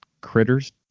critters